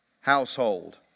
household